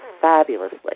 fabulously